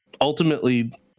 ultimately